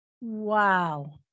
Wow